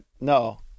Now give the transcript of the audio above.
No